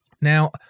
Now